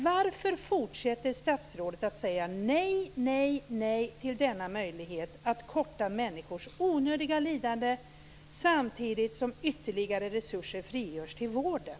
Varför fortsätter statsrådet att säga nej, nej till denna möjlighet att korta människors onödiga lidande samtidigt som ytterligare resurser frigörs till vården?